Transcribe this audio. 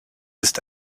ist